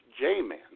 J-Man